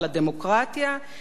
על צדק חברתי,